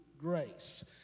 grace